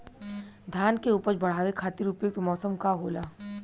धान के उपज बढ़ावे खातिर उपयुक्त मौसम का होला?